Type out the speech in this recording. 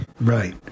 Right